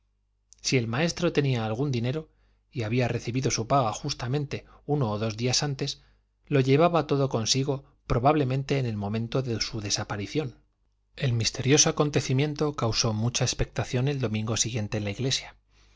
si el maestro tenía algún dinero y había recibido su paga justamente uno o dos días antes lo llevaba todo consigo probablemente en el momento de su desaparición el misterioso acontecimiento causó mucha expectación el domingo siguiente en la iglesia